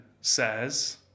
says